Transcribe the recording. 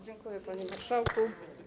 Dziękuję, panie marszałku.